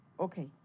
Okay